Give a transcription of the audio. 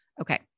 Okay